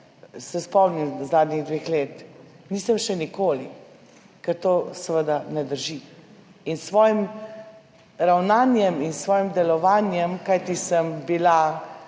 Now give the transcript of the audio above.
se spomnim zadnjih dveh let, nisem še nikoli, ker to seveda ne drži. In s svojim ravnanjem in s svojim delovanjem, kajti bila